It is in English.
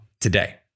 today